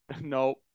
No